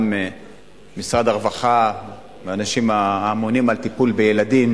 משרד הרווחה והאנשים האמונים על טיפול בילדים